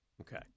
Okay